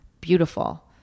beautiful